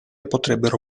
potrebbero